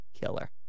killer